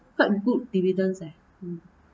quite good dividends leh mm